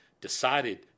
decided